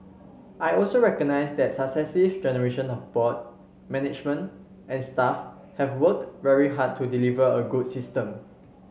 I also recognise that successive generation of board management and staff have worked very hard to deliver a good system